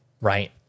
Right